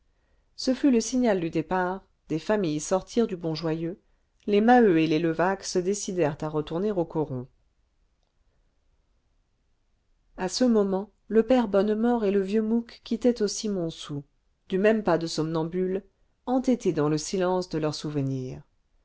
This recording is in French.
ce fut le signal du départ des familles sortirent du bon joyeux les maheu et les levaque se décidèrent à retourner au coron a ce moment le père bonnemort et le vieux mouque quittaient aussi montsou du même pas de somnambules entêtés dans le silence de leurs souvenirs